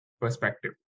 perspective